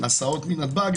ההסעות מנתב"ג,